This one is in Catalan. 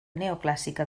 neoclàssica